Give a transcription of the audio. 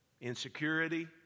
insecurity